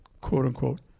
quote-unquote